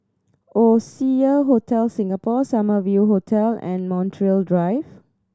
Oasia Hotel Singapore Summer View Hotel and Montreal Drive